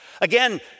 Again